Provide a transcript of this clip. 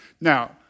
Now